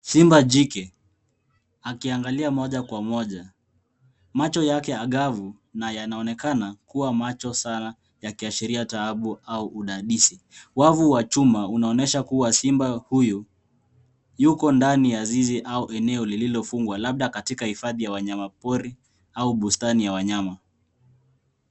Simba jike, akiangalia moja kwa moja macho yake angavu yanaonekana kuwa macho sana yakiashiria dhaabu au udadisi. Wavu wa chuma unaonyesha kuwa simba huyu yuko ndani ya zizi au eneo lililofungwa labda hifadhi ya wanyamapori au bustani ya wanyama.